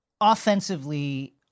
offensively